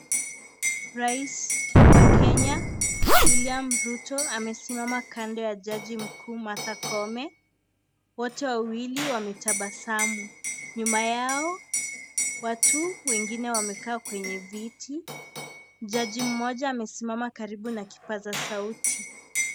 Rais wa Kenya William Ruto. Amesimama kando ya maji mkuu, Martha koome. Wote wawili wametabasamu. Nyuma yao watu wengine wamekaa kwenye viti, jaji mmoja amesimama karibu na kipaza sauti.